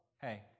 hey